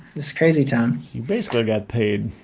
this crazy town. you basically got paid